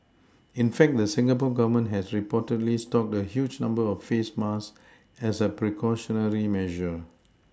in fact the Singapore Government has reportedly stocked a huge number of face masks as a precautionary measure